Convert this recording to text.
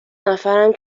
نفرم